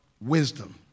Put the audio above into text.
wisdom